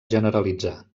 generalitzar